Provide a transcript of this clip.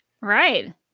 right